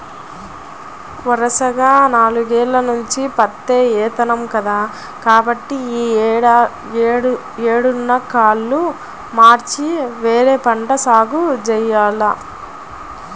వరసగా నాలుగేల్ల నుంచి పత్తే ఏత్తన్నాం కదా, కాబట్టి యీ ఏడన్నా కాలు మార్చి వేరే పంట సాగు జెయ్యాల